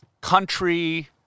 country